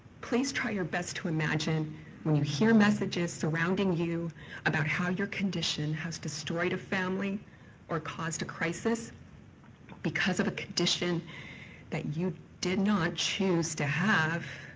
please try your best to imagine when you hear messages surrounding you about how your condition has destroyed a family or caused a crisis because of a condition that you did not choose to have,